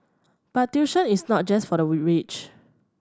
but tuition is not just for the rich